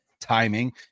timing